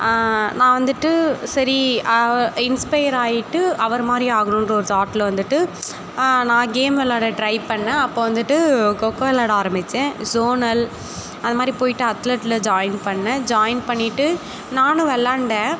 நான் வந்துட்டு சரி இன்ஸ்பையர் ஆகிட்டு அவர் மாதிரியே ஆகணுகிற ஒரு தாட்டில் வந்துட்டு நான் கேம் வெளாட ட்ரை பண்ணிணேன் அப்போ வந்துட்டு கொக்கோ விளாட ஆரம்பித்தேன் ஜோனல் அது மாதிரி போய்விட்டு அத்லெட்டில் ஜாயின் பண்ணிணேன் ஜாயின் பண்ணிவிட்டு நானும் விளாண்டேன்